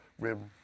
rim